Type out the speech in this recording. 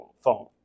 phone